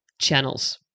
channels